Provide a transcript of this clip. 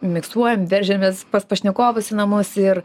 miksuojam veržiamės pas pašnekovus į namus ir